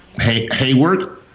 Hayward